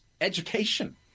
education